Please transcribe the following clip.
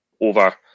over